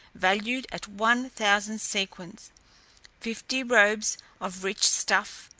valued at one thousand sequins fifty robes of rich stuff,